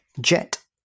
Jet